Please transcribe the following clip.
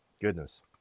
Goodness